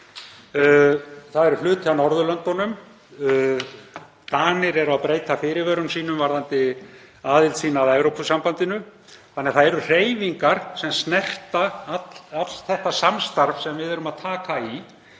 í NATO, hluti af Norðurlöndunum. Danir eru að breyta fyrirvörum sínum varðandi aðild að Evrópusambandinu. Það eru hreyfingar sem snerta allt þetta samstarf sem við erum að taka